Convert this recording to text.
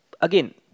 again